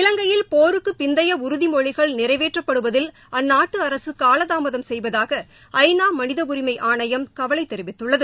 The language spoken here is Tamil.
இலங்கையில் போருக்கு பிந்தைய உறுதி மொழிகள் நிறைவேற்ற படுவதில் அந்நாட்டு அரசு காலதாமதம் செய்வதாக ஐநா மனித உரிமை ஆணையம் கவலை தெரிவித்துள்ளது